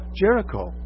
Jericho